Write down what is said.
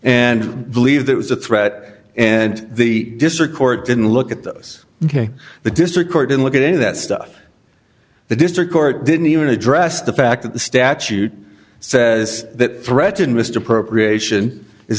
and believe there was a threat and the district court didn't look at those ok the district court didn't look at any of that stuff the district court didn't even address the fact that the statute says that threaten mr procreation is